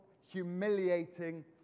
humiliating